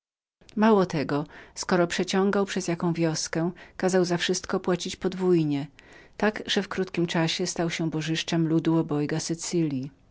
biorący dostawał skoro zaś przeciągał przez jaką wioskę kazał za wszystko płacić podwójnie tak że w krótkim czasie stał się bożyszczem ludu